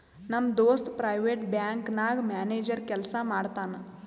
ನಮ್ ದೋಸ್ತ private bank ನಾಗ್ ಮ್ಯಾನೇಜರ್ ಕೆಲ್ಸಾ ಮಾಡ್ತಾನ್